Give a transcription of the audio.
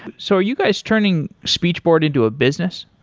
so you guys turning speechboard into a business?